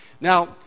Now